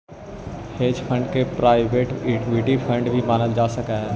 hedge fund के private equity fund भी मानल जा सकऽ हई